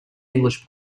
english